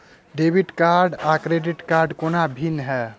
Debit card आ credit कोना भिन्न है?